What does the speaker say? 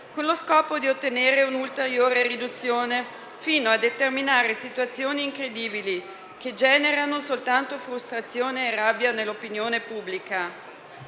con lo scopo di ottenere un'ulteriore riduzione fino a determinare situazioni incredibili che generano soltanto frustrazione e rabbia nell'opinione pubblica.